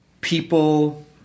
people